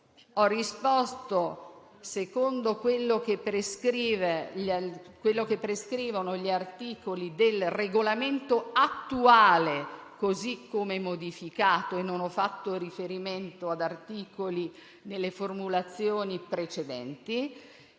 ho risposto secondo quanto prescrivono gli articoli del Regolamento attuale, così come modificato, e non ho fatto riferimento ad articoli nelle formulazioni precedenti.